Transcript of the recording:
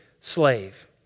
slave